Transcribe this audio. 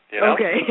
Okay